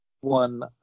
one